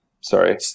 Sorry